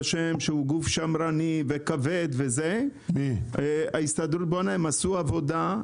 גוף שמרני וכבד, אבל להפתעתי הם עשו עבודה.